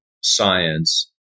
science